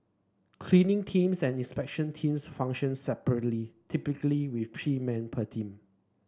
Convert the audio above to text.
cleaning teams and inspection teams function separately typically with three men per team